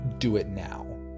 do-it-now